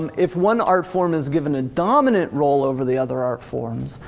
um if one art form is given a dominant role over the other art forms,